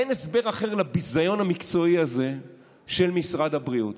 אין הסבר אחר לביזיון המקצועי הזה של משרד הבריאות.